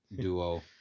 duo